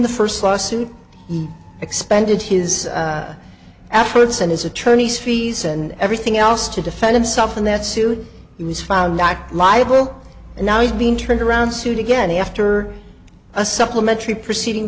the first lawsuit expended his efforts and his attorneys fees and everything else to defend himself in that suit he was found not liable and now he's being turned around soon again after a supplementary proceeding